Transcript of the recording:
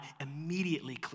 immediately